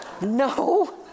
No